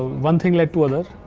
one thing led to other.